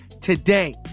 today